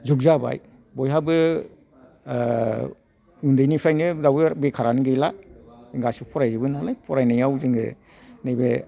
जुग जाबाय बयहाबो ओह उन्दैनिफ्रायनो दाबो बेखारानो गैला गासिबो फरायजोबबाय नालाय फरायनायाव जोङो नैबे